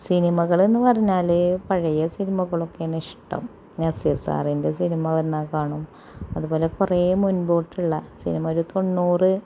സിനിമകള് എന്ന് പറഞ്ഞാല് പഴയ സിനിമകളൊക്കെയാണ് ഇഷ്ടം നസീർ സാറിൻറ്റെ സിനിമ വന്നാൽ കാണും അത് പോലെ കുറെ മുൻമ്പോട്ടുള്ള സിനിമ ഒരു തൊണ്ണൂറ്